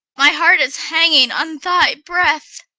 my heart is hanging on thy breath!